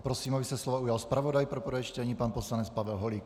Prosím, aby se slova ujal zpravodaj pro prvé čtení pan poslanec Pavel Holík.